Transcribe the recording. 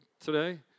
today